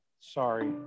sorry